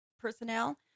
personnel